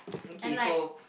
and like